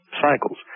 cycles